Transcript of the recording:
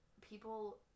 people